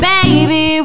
Baby